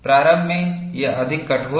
प्रारंभ में यह अधिक कठोर है